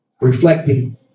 reflecting